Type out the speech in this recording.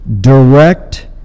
direct